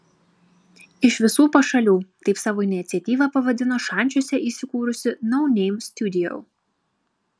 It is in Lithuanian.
iš visų pašalių taip savo iniciatyvą pavadino šančiuose įsikūrusi no name studio